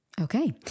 Okay